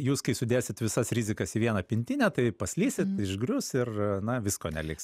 jūs kai sudėsit visas rizikas į vieną pintinę tai paslysit išgrius ir na visko neliks